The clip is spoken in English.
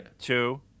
two